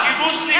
הכיבוש נגמר.